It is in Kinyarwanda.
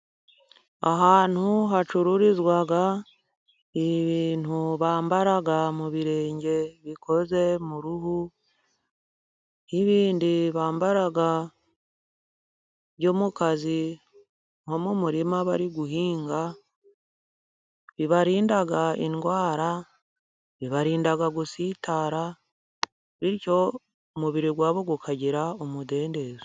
Ahantu hacururizwa ibintu bambara mu birenge , bikoze mu ruhu n'ibindi bambara byo mu kazi nko mu umurima bari guhinga, bibarinda indwara, birinda gusitara, bityo umubiri wabo ukagira umudendezo.